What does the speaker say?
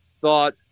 thought